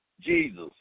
Jesus